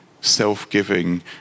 self-giving